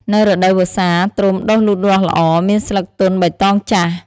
នៅរដូវវស្សា ត្រុំដុះលូតលាស់ល្អ មានស្លឹកទន់បៃតងចាស់។